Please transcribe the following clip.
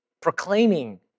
proclaiming